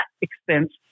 expense